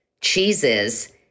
cheeses